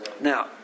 Now